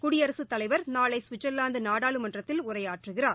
குடியரசுத் தலைவர் நாளை ஸ்விட்சர்லாந்து நாடாளுமன்றத்தில் உரையாற்றுகிறார்